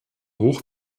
hoch